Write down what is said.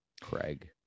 Craig